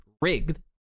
rigged